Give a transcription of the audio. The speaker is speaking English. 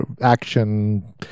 action